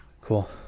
Cool